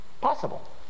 possible